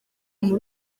muri